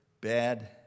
bad